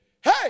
hey